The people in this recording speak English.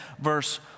verse